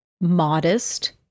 modest